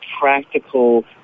practical